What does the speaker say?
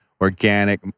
organic